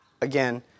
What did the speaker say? again